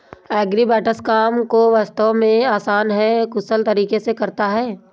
agribots काम को वास्तव में आसान और कुशल तरीके से करता है